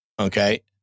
Okay